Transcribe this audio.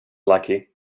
lucky